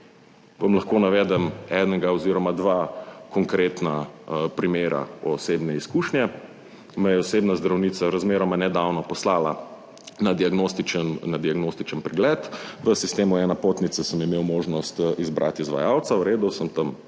Vam lahko navedem enega oziroma dva konkretna primera osebne izkušnje. Me je osebna zdravnica razmeroma nedavno poslala na diagnostičen, na diagnostičen pregled. V sistemu e-napotnice sem imel možnost izbrati izvajalca, v redu, sem tam